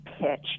pitch